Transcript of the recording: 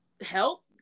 help